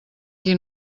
qui